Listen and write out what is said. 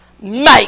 make